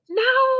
no